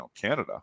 Canada